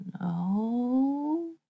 no